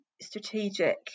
strategic